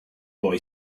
boy